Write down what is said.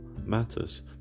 matters